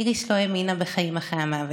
איריס לא האמינה בחיים אחרי המוות,